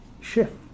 shift